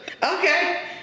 Okay